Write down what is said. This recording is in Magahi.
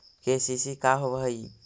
के.सी.सी का होव हइ?